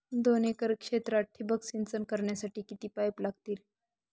दोन एकर क्षेत्रात ठिबक सिंचन करण्यासाठी किती पाईप लागतील?